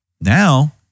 Now